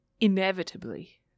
inevitably